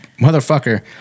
motherfucker